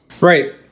Right